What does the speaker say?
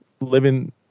living